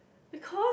because